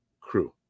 crew